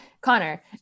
Connor